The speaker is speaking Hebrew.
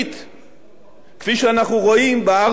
כפי שאנחנו רואים בארבע השנים האחרונות,